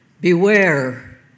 Beware